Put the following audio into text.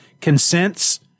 consents